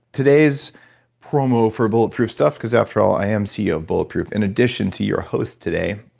today's promo for bulletproof stuff, because after all, i am ceo of bulletproof in addition to your host today,